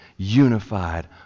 unified